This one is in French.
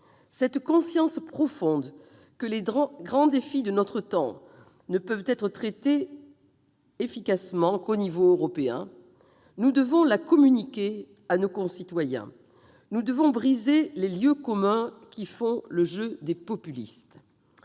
Cette conscience profonde que les grands défis de notre temps ne peuvent être traités efficacement qu'au niveau européen, nous devons la communiquer à nos concitoyens. Nous devons briser les lieux communs qui font le jeu des populistes.